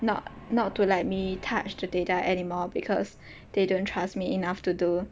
not not to let me touch the data anymore because they don't trust me enough to do